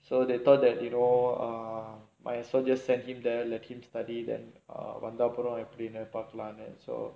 so they thought that you know err might as well just sent him there let him வந்த அப்புறம் எப்டினு பாக்கலானு:vantha appuram epdinu paakkalaanu so